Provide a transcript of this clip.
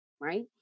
right